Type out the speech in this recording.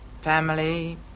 family